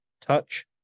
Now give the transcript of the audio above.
touch